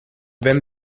wenn